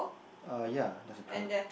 ah ya there is a crab